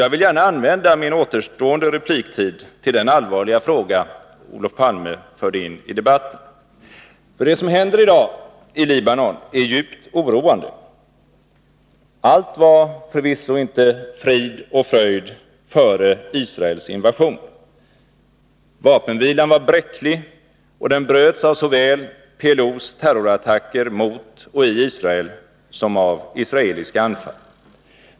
Jag vill gärna ägna min återstående repliktid åt den allvarliga fråga som Olof Palme förde in i debatten. Det som händer i dag i Libanon är djupt oroande. Allt var förvisso inte frid och fröjd före Israels invasion. Vapenvilan var bräcklig, och den bröts såväl av PLO:s terrorattacker mot och i Israel som av israeliska anfall.